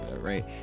Right